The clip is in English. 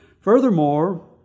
Furthermore